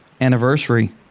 anniversary